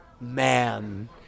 man